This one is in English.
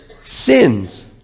sins